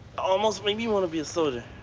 almost made me want to be a soldier.